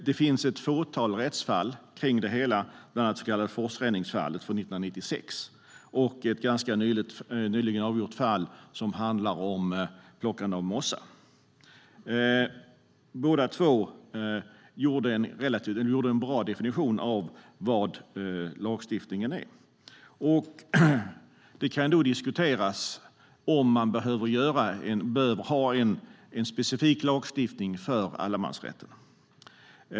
Det finns ett fåtal rättsfall, bland annat det så kallade forsränningsfallet från 1996 och ett ganska nyligen avgjort fall som handlar om plockande av mossa. Båda två gjorde en bra definition av vad lagstiftningen är. Det kan diskuteras om man behöver ha en specifik lagstiftning för allemansrätten.